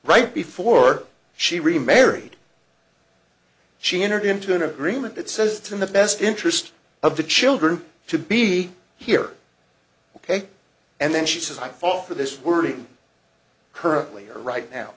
right before she remarried she entered into an agreement that says to the best interest of the children to be here ok and then she says i fall for this we're currently right now